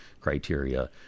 criteria